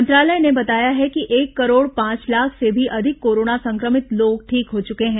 मंत्रालय ने बताया कि एक करोड पांच लाख से भी अधिक कोरोना संक्रमित लोग ठीक हो चुके हैं